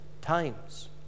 times